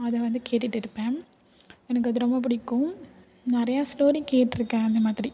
அதை வந்து கேட்டுகிட்டு இருப்பேன் எனக்கு அது ரொம்ப பிடிக்கும் நிறையா ஸ்டோரி கேட்டிருக்கேன் அதைமாதிரி